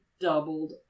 doubled